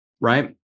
right